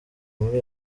muri